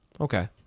Okay